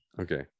Okay